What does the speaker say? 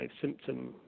symptom